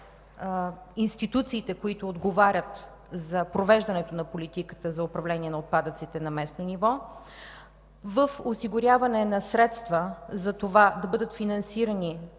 Институциите, които отговарят за провеждането на политиката за управление на отпадъците на местно ниво, осигуряват средства да бъде финансирано